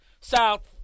south